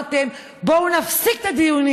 לרגע לא אמרתם: בואו נפסיק את הדיונים,